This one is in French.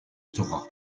torah